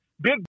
Big